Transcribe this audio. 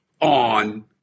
on